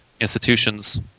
institutions